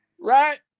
Right